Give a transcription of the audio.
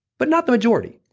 but not the majority,